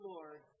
Lord